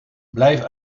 blijf